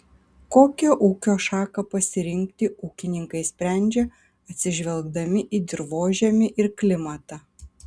kokią ūkio šaką pasirinkti ūkininkai sprendžia atsižvelgdami į dirvožemį ir klimatą